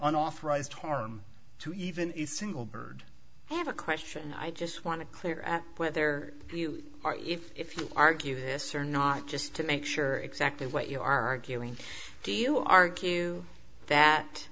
unauthorized harm to even a single bird have a question i just want to clear up whether you are if you argue this or not just to make sure exactly what you are arguing do you argue that